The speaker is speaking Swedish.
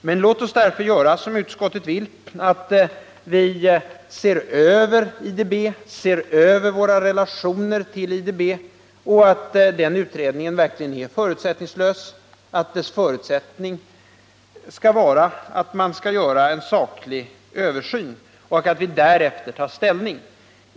Men låt oss därför göra som utskottet vill, nämligen gå igenom våra relationer till IDB och tillse att den utredningen verkligen är förutsättningslös — dess utgångspunkt skall ju vara att en saklig översyn skall göras — och att vi därefter tar ställning.